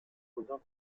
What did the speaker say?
cousin